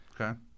Okay